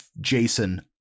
Jason